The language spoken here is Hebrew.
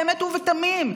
באמת ובתמים,